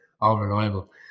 all-reliable